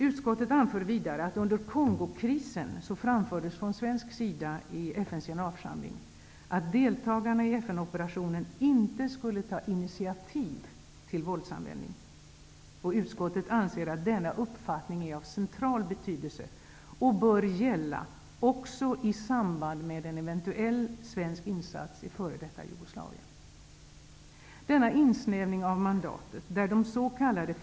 Utskottet anför vidare att under Kongokrisen framfördes från svensk sida i FN:s generalförsamling att deltagarna i FN-operationen inte skulle ta initiativ till våldsanvändning. Utskottet anser att denna uppfattning är av central betydelse och bör gälla också i samband med en eventuell svensk insats i f.d. Jugoslavien.